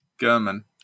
German